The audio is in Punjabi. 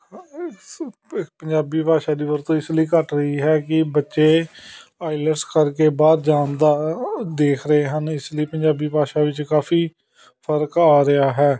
ਪੰਜਾਬੀ ਭਾਸ਼ਾ ਦੀ ਵਰਤੋਂ ਇਸ ਲਈ ਘੱਟ ਰਹੀ ਹੈ ਕਿ ਬੱਚੇ ਆਈਲੈਟਸ ਕਰਕੇ ਬਾਹਰ ਜਾਣ ਦਾ ਦੇਖ ਰਹੇ ਹਨ ਇਸ ਲਈ ਪੰਜਾਬੀ ਭਾਸ਼ਾ ਵਿੱਚ ਕਾਫੀ ਫਰਕ ਆ ਰਿਹਾ ਹੈ